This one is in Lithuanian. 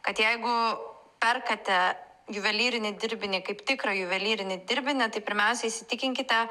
kad jeigu perkate juvelyrinį dirbinį kaip tikrą juvelyrinį dirbinį tai pirmiausia įsitikinkite